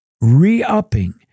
re-upping